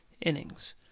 innings